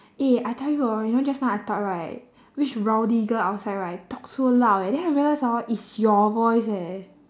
eh I tell you hor you know just now I thought right which rowdy girl outside right talk so loud eh then I realised hor it's your voice eh